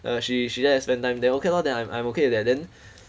uh she she like to spend time then okay lor then I'm I'm okay with that then